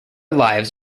lives